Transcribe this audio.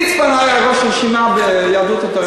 ליצמן היה ראש רשימה ביהדות התורה.